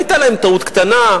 היתה להם טעות קטנה,